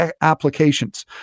applications